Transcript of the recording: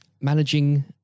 managing